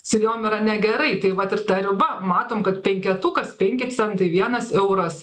su jom yra negerai tai vat ir ta riba matom kad penketukas penki centai vienas euras